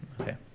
okay